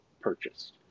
purchased